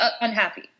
unhappy